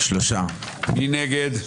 מי נגד?